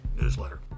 newsletter